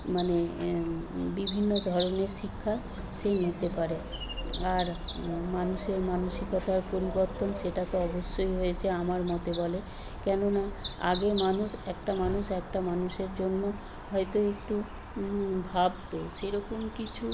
মানে বিভিন্ন ধরনের শিক্ষা সে নিতে পারে আর মানুষের মানসিকতার পরিবর্তন সেটা তো অবশ্যই হয়েছে আমার মতে বলে কেননা আগে মানুষ একটা মানুষ একটা মানুষের জন্য হয়তো একটু ভাবতো সেরকম কিছু